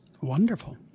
Wonderful